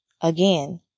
again